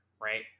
right